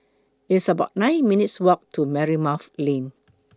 It's about nine minutes' Walk to Marymount Lane